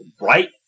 Right